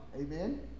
Amen